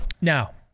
Now